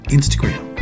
Instagram